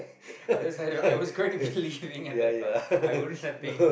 I decide~ I was going to be leaving at that time I wouldn't have been